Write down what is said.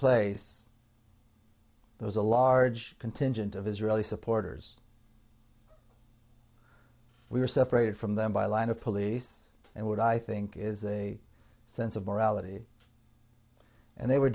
place there was a large contingent of israeli supporters we were separated from them by a line of police and what i think is a sense of morality and they were